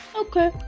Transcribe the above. okay